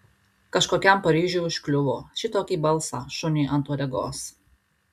kažkokiam paryžiui užkliuvo šitokį balsą šuniui ant uodegos